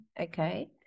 Okay